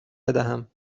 بدهم